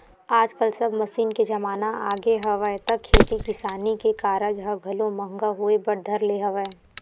आजकल सब मसीन के जमाना आगे हवय त खेती किसानी के कारज ह घलो महंगा होय बर धर ले हवय